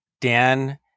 Dan